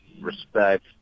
respect